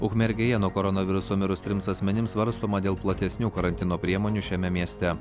ukmergėje nuo koronaviruso mirus trims asmenims svarstoma dėl platesnių karantino priemonių šiame mieste